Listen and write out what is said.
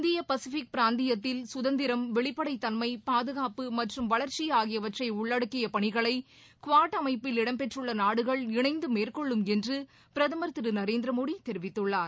இந்திய பசிபிக் பிராந்தியத்தில் கதந்திரம் வெளிப்படை தன்மை பாதுகாப்பு மற்றும் வளர்சி ஆகியவற்றை உள்ளடக்கிய பணிகளை குவாட் அமைப்பில் இடம்பெற்றுள்ள நாடுகள் இணைந்து மேற்கொள்ளும் என்று பிரதமர் திரு நரேந்திர மோடி தெரிவித்துள்ளார்